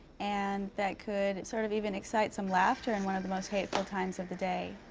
and that could sort of even excite some laughter in one of the most hateful times of the day.